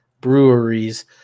breweries